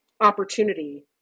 opportunity